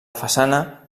façana